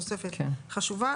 תוספת חשובה.